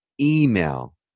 email